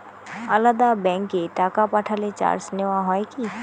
আলাদা ব্যাংকে টাকা পাঠালে চার্জ নেওয়া হয় কি?